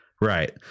right